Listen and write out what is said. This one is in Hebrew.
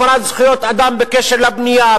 הפרת זכויות אדם בקשר לבנייה,